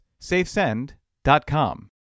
SafeSend.com